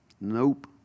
Nope